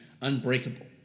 unbreakable